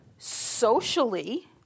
socially